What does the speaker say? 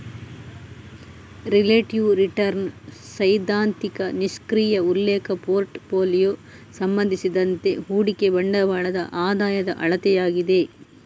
relative return ಸೈದ್ಧಾಂತಿಕ ನಿಷ್ಕ್ರಿಯ ಉಲ್ಲೇಖ ಪೋರ್ಟ್ ಫೋಲಿಯೊ ಸಂಬಂಧಿಸಿದಂತೆ ಹೂಡಿಕೆ ಬಂಡವಾಳದ ಆದಾಯದ ಅಳತೆಯಾಗಿದೆ